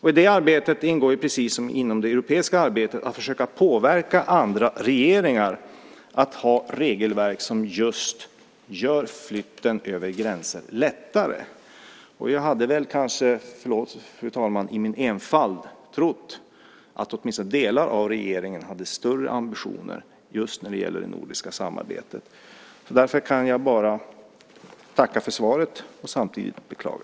I det arbetet ingår, precis som inom det europeiska arbetet, att försöka påverka andra regeringar att ha regelverk som just gör flytten över gränserna lättare. I min enfald trodde jag kanske att åtminstone delar av regeringen hade större ambitioner just när det gällde det nordiska samarbetet. Därför kan jag bara tacka för svaret och samtidigt beklaga.